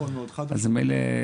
נכון מאוד, חד משמעית.